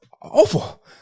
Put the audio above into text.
awful